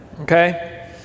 Okay